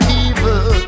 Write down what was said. evil